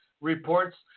reports